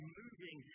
moving